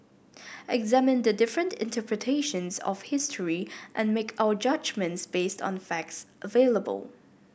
examine the different interpretations of history and make our judgement based on the facts available